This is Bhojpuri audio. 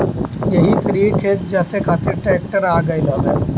एही तरही खेत जोते खातिर ट्रेक्टर आ गईल हवे